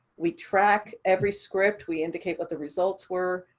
we track every script, we indicate what the results were.